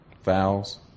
fouls